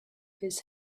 his